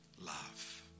love